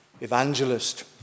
evangelist